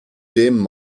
dim